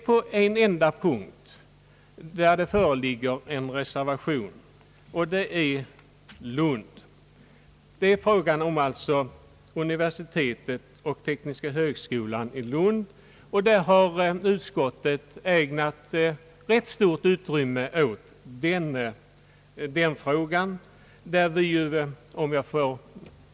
På en enda punkt föreligger en motiverad reservation, och det gäller den högre undervisningen och forskningen i Lund. Utskottet har givit stort utrymme åt frågan om universiteten och den tekniska högskolan i Lund.